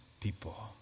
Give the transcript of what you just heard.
people